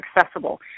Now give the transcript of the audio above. accessible